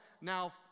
now